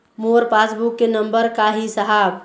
मोर passbook के number का ही साहब?